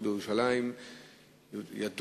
"חיוואר" מתבררת בבית-המשפט המחוזי בתל-אביב.